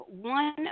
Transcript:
one